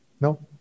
No